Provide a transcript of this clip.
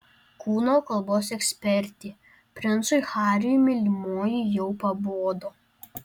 kūno kalbos ekspertė princui hariui mylimoji jau pabodo